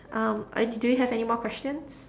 um I do do you have any more questions